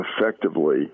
effectively